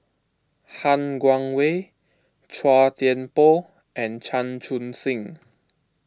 Han Guangwei Chua Thian Poh and Chan Chun Sing